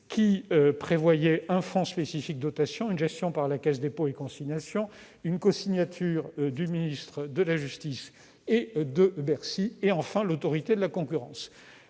en compte un fonds spécifique de dotation, une gestion par la Caisse des dépôts et consignations, une cosignature du ministère de la justice et de Bercy, et enfin l'avis de l'Autorité de la concurrence.